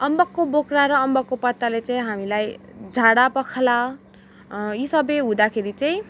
अम्बकको बोक्रा र अम्बकको पत्ताले चाहिँ हामीलाई झाडा पखाला यी सबै हुँदा चाहिँ